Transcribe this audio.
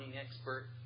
expert